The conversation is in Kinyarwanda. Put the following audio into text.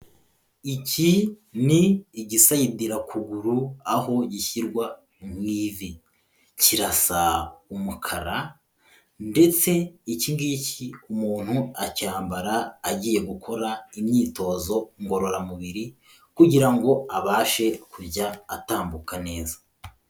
Iki ni igisayidirakuguru, aho ishyirwa mu ivi. Kirasa umukara ndetse iki ngiki umuntu acyambara agiye gukora imyitozo ngororamubiri kugira ngo abashe kujya atambuka neza.